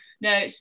no